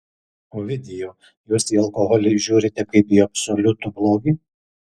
ovidijau jūs į alkoholį žiūrite kaip į absoliutų blogį